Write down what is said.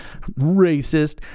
Racist